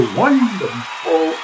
wonderful